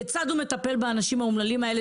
כיצד הוא מטפל באנשים האומללים האלה